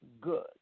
good